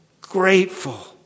grateful